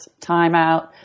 timeout